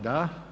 Da.